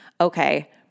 okay